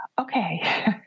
okay